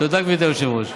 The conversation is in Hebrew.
תודה, גברתי היושבת-ראש.